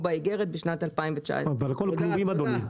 באיגרת בשנת 2019. אבל הכול כלובים אדוני.